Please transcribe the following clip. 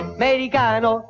americano